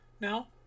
now